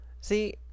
See